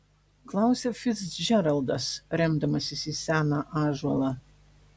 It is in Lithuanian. klausia ficdžeraldas remdamasis į seną ąžuolą